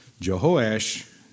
Jehoash